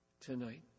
tonight